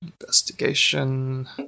Investigation